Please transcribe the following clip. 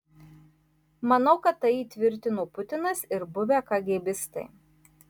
manau kad tai įtvirtino putinas ir buvę kagėbistai